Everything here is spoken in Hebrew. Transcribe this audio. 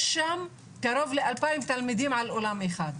יש שם קרוב לאלפיים תלמידים על אולם אחד.